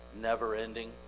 never-ending